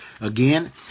again